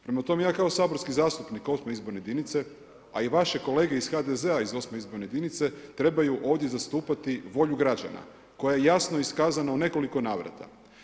Prema tome ja kao saborski zastupnik VIII. izborne jedinice a i vaši kolege iz HDZ-a iz VIII. izborne jedinice, trebaju ovdje zastupati volju građana koja je jasno iskazana u nekoliko navrata.